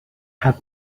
have